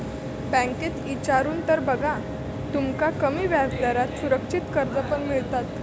बँकेत इचारून तर बघा, तुमका कमी व्याजदरात सुरक्षित कर्ज पण मिळात